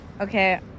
okay